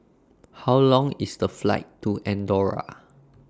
How Long IS The Flight to Andorra